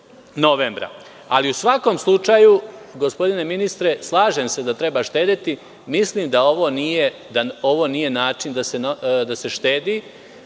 novembra.U svakom slučaju, gospodine ministre, slažem se da treba štedeti, mislim da ovo nije način da se štedi